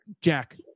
Jack